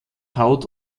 haut